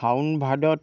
শাওন ভাদত